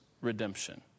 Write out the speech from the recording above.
redemption